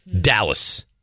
Dallas